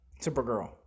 supergirl